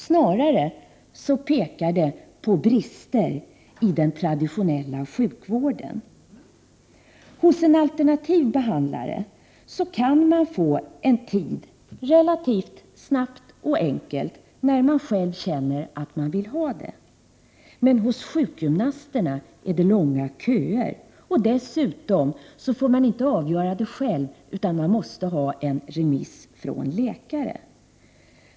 Snarare tyder intresset för alternativ behandling på brister i den traditionella sjukvården. Hos en alternativ behandlare kan man få en tid relativt snabbt och enkelt när man själv känner att man behöver det. Men hos sjukgymnasterna är det långa köer. Dessutom får man inte avgöra behovet själv, utan man måste ha en remiss från en läkare.